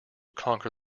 conquer